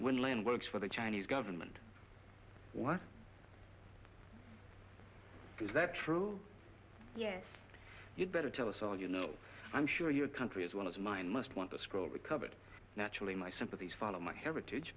when len works for the chinese government was that true yes you'd better tell us all you know i'm sure your country as well as mine must want to scroll recovered naturally my sympathies follow my heritage